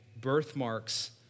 birthmarks